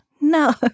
No